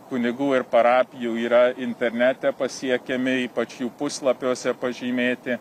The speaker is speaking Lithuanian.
kunigų ir parapijų yra internete pasiekiami ypač jų puslapiuose pažymėti